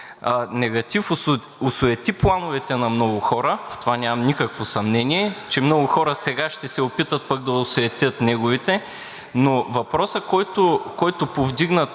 негативи, осуети плановете на много хора – в това нямам никакво съмнение, че много хора сега ще се опитат пък да осуетят неговите. Но въпросът, който повдигна